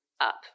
up